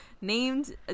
named